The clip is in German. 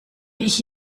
ich